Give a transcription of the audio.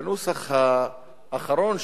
בנוסח האחרון,